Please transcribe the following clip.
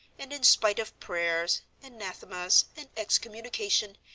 and, in spite of prayers, anathemas, and excommunication,